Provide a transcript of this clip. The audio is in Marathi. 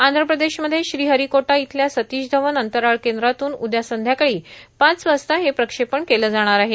आंध्र प्रदेशमध्ये श्रीहरीकोटा इथल्या सतीश धवन अंतराळ केंद्रातून उद्या संध्याकाळी पाच वाजता हे प्रक्षेपण केलं जाणार आहे